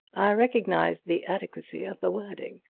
i recognized the adequacy of the wording.